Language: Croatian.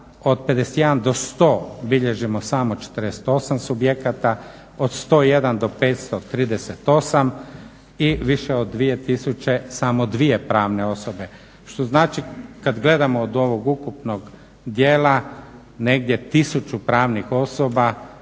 od 51 do 100 bilježimo samo 48 subjekata, od 101 do 500 38 i više od dvije tisuće samo 2 pravne osobe, što znači kada gledamo od ovog ukupnog dijela negdje tisuću pravnih osoba